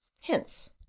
Hence